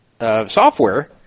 software